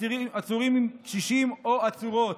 עצורים קשישים או עצורות.